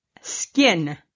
skin